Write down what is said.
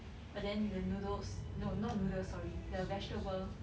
but then the noodles no not noodles sorry the vegetable